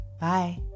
Bye